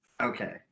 Okay